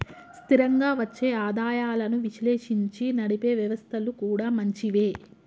స్థిరంగా వచ్చే ఆదాయాలను విశ్లేషించి నడిపే వ్యవస్థలు కూడా మంచివే